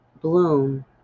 bloom